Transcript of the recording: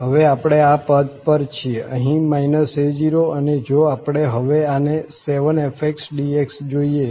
હવે આપણે આ પદ પર છીએ અહીં a0 અને જો આપણે હવે આને 7fdx જોઈએ